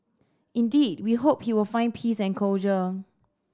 indeed we hope he will find peace and closure